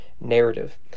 narrative